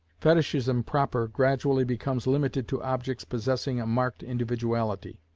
fetichism proper gradually becomes limited to objects possessing a marked individuality.